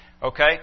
Okay